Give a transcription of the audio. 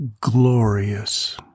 glorious